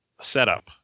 setup